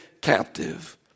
captive